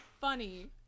funny